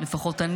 אני לפחות,